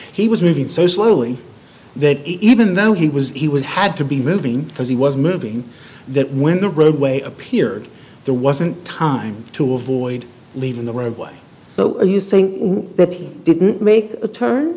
he was moving so slowly that even though he was he was had to be moving because he was moving that when the roadway appeared there wasn't time to avoid leaving the roadway so you think we didn't make a turn